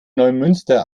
neumünster